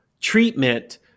treatment